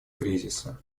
кризиса